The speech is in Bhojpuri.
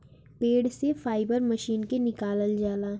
पेड़ से फाइबर मशीन से निकालल जाला